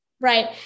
Right